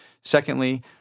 Secondly